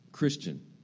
Christian